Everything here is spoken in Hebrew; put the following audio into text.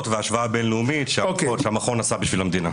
וההשוואה הבין-לאומית שהמכון עשה בשביל המדינה.